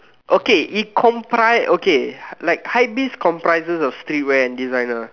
okay it comprise okay like hypebeast comprises of streetwear and designer